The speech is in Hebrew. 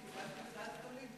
נו, כיוונתי לדעת גדולים.